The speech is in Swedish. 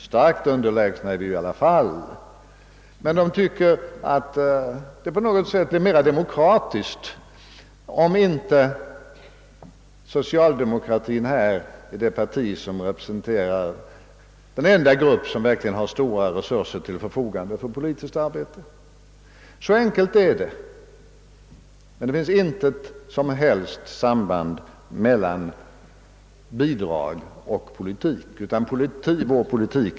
Starkt underlägsna är resurserna givetvis i alla fall. Företagen tycker att det på något sätt är mera demokratiskt, om inte socialdemokratin blir den enda grupp som har stora resurser för sitt politiska arbete. Så enkelt är det. Det finns inget samband med bidragen på så sätt att de påverkar vår politik.